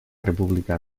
república